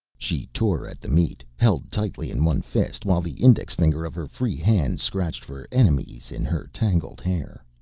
she tore at the meat, held tightly in one fist, while the index finger of her free hand scratched for enemies in her tangled hair.